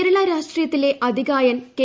കേരള രാഷ്ട്രീയത്തിലെ അതികായൻ കെ